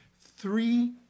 three